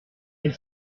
elle